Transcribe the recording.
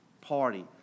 party